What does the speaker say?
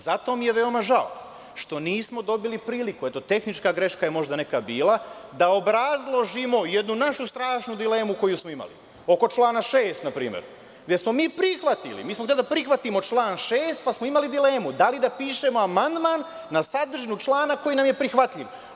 Zato mi je veoma žao što nismo dobili priliku, možda je bila neka tehnička greška, da obrazložimo i jednu našu strašnu dilemu koju smo imali, oko člana 6. npr, gde smo mi prihvatili, mi smo hteli da prihvatimo član 6, pa smo imali dilemu da li da pišemo amandman na sadržinu člana koji nam je prihvatljiv.